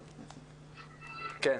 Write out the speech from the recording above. מאיר,